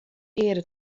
eare